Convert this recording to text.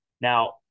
now